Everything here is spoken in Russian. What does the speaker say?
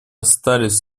остались